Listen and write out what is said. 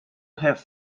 have